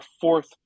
fourth